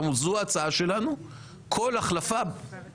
הם אמרו זאת ההצעה שלנו --- את זה אני לא זוכרת.